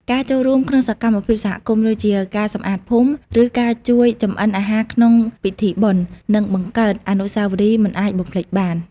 ការចូលរួមក្នុងសកម្មភាពសហគមន៍ ដូចជាការសម្អាតភូមិ ឬការជួយចម្អិនអាហារក្នុងពិធីបុណ្យ នឹងបង្កើតអនុស្សាវរីយ៍មិនអាចបំភ្លេចបាន។